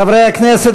חברי הכנסת,